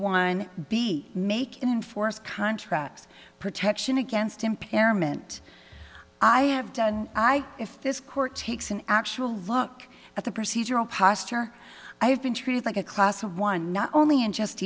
one b make it in force contract protection against impairment i have done i if this court takes an actual look at the procedural posture i have been treated like a class of one not only unjust